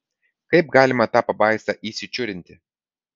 kaip galima tą pabaisą įsičiūrinti